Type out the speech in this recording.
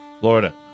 Florida